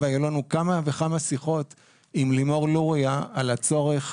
והיו לנו כמה וכמה שיחות עם לימור לוריא על הצורך